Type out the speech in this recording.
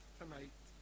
tonight